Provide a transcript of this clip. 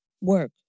work